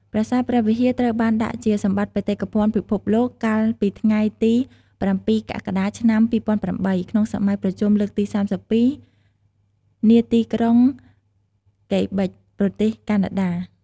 ប្រាសាទព្រះវិហារ ត្រូវបានដាក់ជាសម្បត្តិបេតិកភណ្ឌពិភពលោក កាលពីថ្ងៃទី០៧ កក្កដា ឆ្នាំ២០០៨ ក្នុងសម័យប្រជុំលើកទី៣២ នាទីក្រុងកេប៊ិច ប្រទេសកាណាដា។។